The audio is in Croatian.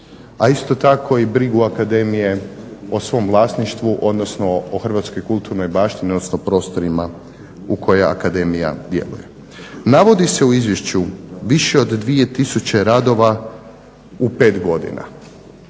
a isto tako i brigu Akademije o svom vlasništvu, odnosno o hrvatskoj kulturnoj baštini, odnosno prostorima u koje Akademija djeluje. Navodi se u Izvješću više od 2000 radova u 5 godina.